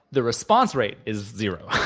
the response rate is zero,